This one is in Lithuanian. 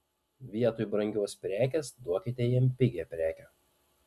vietoj brangios prekės duokite jam pigią prekę